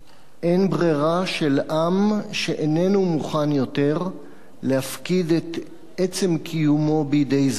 אין ברירה של עם שאיננו מוכן יותר להפקיד את עצם קיומו בידי זרים,